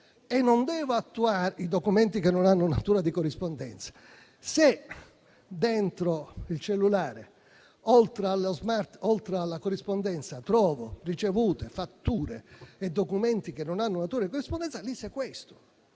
quanto riguarda i documenti che non hanno natura di corrispondenza. Se dentro il cellulare, oltre alla corrispondenza, trovo ricevute, fatture e documenti che non hanno natura di corrispondenza, li sequestro